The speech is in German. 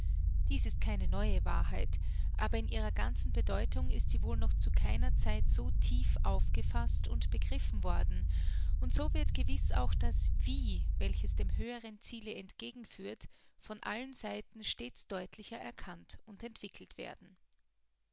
dies ist keine neue wahrheit aber in ihrer ganzen bedeutung ist sie wohl noch zu keiner zeit so tief aufgefaßt und begriffen worden und so wird gewiß auch das wie welches dem höheren ziele entgegenführt von allen seiten stets deutlicher erkannt und entwickelt werden